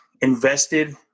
invested